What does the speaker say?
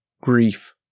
grief